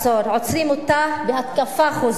עוצרים אותה בהתקפה חוזרת,